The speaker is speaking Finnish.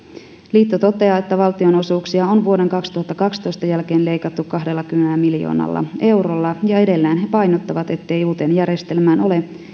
liitto toteaa että valtionosuuksia on vuoden kaksituhattakaksitoista jälkeen leikattu kahdellakymmenellä miljoonalla eurolla ja edelleen he painottavat ettei uuteen järjestelmään ole